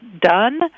done